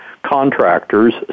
contractors